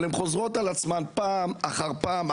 חוזרות על עצמן פעם אחר פעם,